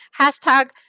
Hashtag